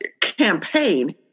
campaign